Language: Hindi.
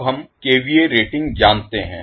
अब हम केवीए रेटिंग जानते हैं